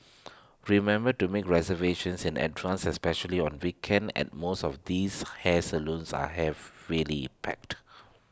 remember to make reservations and advance especially on weekends and most of these hair salons are have really packed